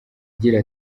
agira